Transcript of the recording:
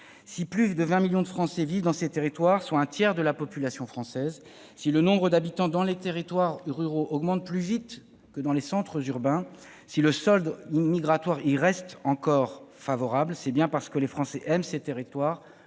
Si plus de 20 millions de Français vivent dans ces territoires, soit un tiers de la population française, si le nombre d'habitants dans les territoires ruraux augmente plus vite que dans les centres urbains, si le solde migratoire y reste encore positif, c'est bien parce que les Français aiment ces territoires,